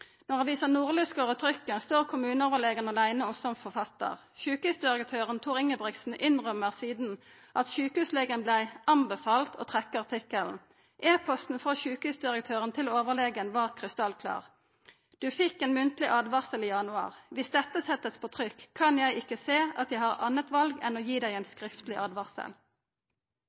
Når avisa Nordlys går i trykken, står kommuneoverlegen aleine som forfattar. Sjukehusdirektøren, Tor Ingebrigtsen, innrømmer sidan at sjukehuslegen vart «anbefalt» å trekka artikkelen. E-posten frå sjukehusdirektøren til overlegen var krystallklar: «Du fikk en muntlig advarsel i januar. Hvis dette settes på trykk, kan jeg ikke se at jeg har annet valg enn å gi deg en skriftlig advarsel.»